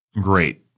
great